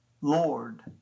Lord